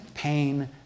pain